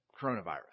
coronavirus